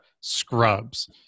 Scrubs